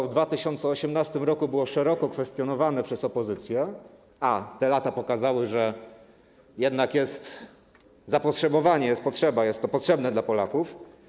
W 2018 r. było to szeroko kwestionowane przez opozycję, ale te lata pokazały, że jednak jest zapotrzebowanie, jest potrzeba, jest to potrzebne dla Polaków.